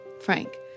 Frank